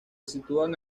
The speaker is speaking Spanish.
sitúan